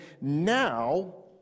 now